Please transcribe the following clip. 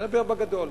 אני מדבר בגדול,